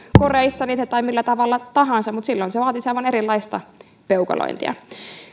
koreissa niitä tai millä tavalla tahansa mutta silloin se vaatisi aivan erilaista peukalointia